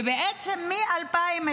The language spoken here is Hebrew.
ובעצם מ-2017